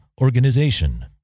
organization